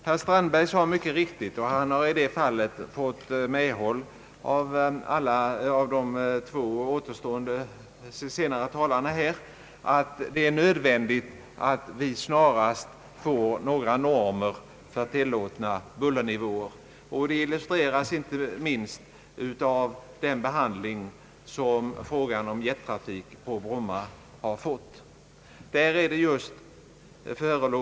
Herr Strandberg sade mycket riktigt — han har i det fallet fått medhåll av de två senaste talarna — att det är nödvändigt att vi snarast får normer för tillåtna bullernivåer. Nödvändigheten härav illustreras inte minst av den behandling som frågan om jettrafik på Bromma har fått.